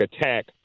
attack